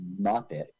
muppet